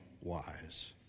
wise